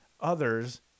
others